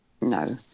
No